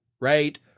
right